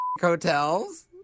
Hotels